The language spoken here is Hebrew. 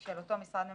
של אותו משרד ממשלתי,